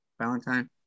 Valentine